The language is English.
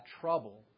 trouble